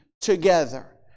together